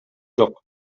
жок